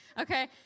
okay